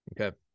okay